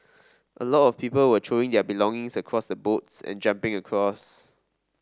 a lot of people were throwing their belongings across the boats and jumping across